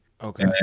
Okay